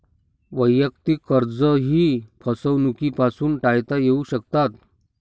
वैयक्तिक कर्जेही फसवणुकीपासून टाळता येऊ शकतात